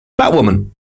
Batwoman